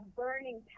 burning